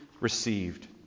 received